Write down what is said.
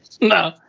No